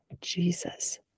Jesus